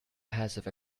passive